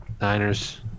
Niners